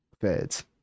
feds